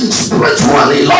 spiritually